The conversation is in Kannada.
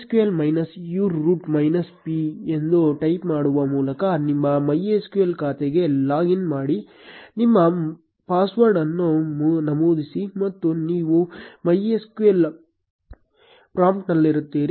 MySQL minus u root minus p ಎಂದು ಟೈಪ್ ಮಾಡುವ ಮೂಲಕ ನಿಮ್ಮ MySQL ಖಾತೆಗೆ ಲಾಗ್ ಇನ್ ಮಾಡಿ ನಿಮ್ಮ ಪಾಸ್ವರ್ಡ್ ಅನ್ನು ನಮೂದಿಸಿ ಮತ್ತು ನೀವು MySQL ಪ್ರಾಂಪ್ಟ್ನಲ್ಲಿರುತ್ತೀರಿ